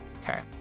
Okay